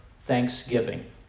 thanksgiving